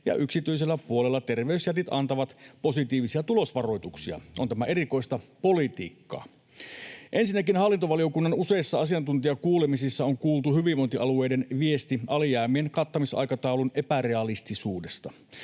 ja yksityisellä puolella terveysjätit antavat positiivisia tulosvaroituksia. On tämä erikoista politiikkaa. Ensinnäkin hallintovaliokunnan useissa asiantuntijakuulemisissa on kuultu hyvinvointialueiden viesti alijäämien kattamisaikataulun epärealistisuudesta.